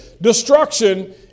destruction